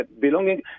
belonging